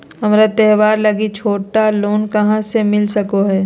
हमरा त्योहार लागि छोटा लोन कहाँ से मिल सको हइ?